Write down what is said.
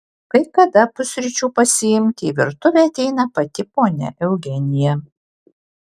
kai kada pusryčių pasiimti į virtuvę ateina pati ponia eugenija